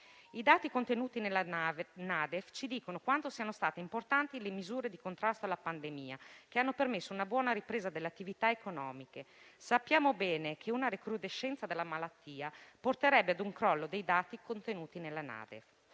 I dati contenuti nella NADEF ci dicono quanto siano state importante le misure di contrasto alla pandemia che hanno permesso una buona ripresa delle attività economiche. Sappiamo bene che una recrudescenza della malattia porterebbe a un crollo dei dati contenuti nella NADEF: